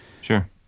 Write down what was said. Sure